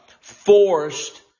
forced